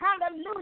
Hallelujah